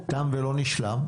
תם ולא נשלם.